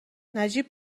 نجیب